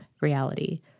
reality